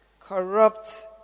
corrupt